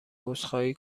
عذرخواهی